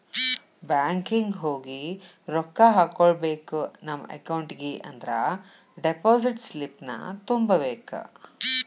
banking ಹೋಗಿ ರೊಕ್ಕ ಹಾಕ್ಕೋಬೇಕ್ ನಮ ಅಕೌಂಟಿಗಿ ಅಂದ್ರ ಡೆಪಾಸಿಟ್ ಸ್ಲಿಪ್ನ ತುಂಬಬೇಕ್